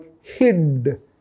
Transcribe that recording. hid